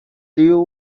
deal